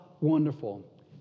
wonderful